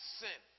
sin